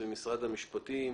משרד הפנים,